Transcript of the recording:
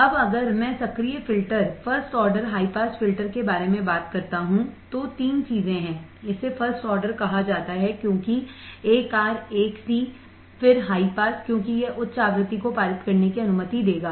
अब अगर मैं सक्रिय filter first order high pass फिल्टरfirst order high pass filter के बारे में बात करता हूं तो 3 चीजें हैं इसे फर्स्ट ऑर्डर कहा जाता है क्योंकि 1 आर 1 सी फिर हाई पास क्योंकि यह उच्च आवृत्ति को पारित करने की अनुमति देगा